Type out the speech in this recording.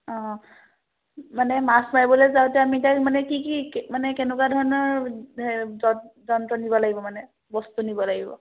অঁ মানে মাছ মাৰিবলৈ যাওঁতে আমি তাত মানে কি কি মানে কেনেকুৱা ধৰণৰ য যন্ত্ৰ নিব লাগিব মানে বস্তু নিব লাগিব